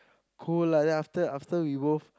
cool lah ya then after that after we both